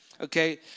okay